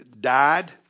died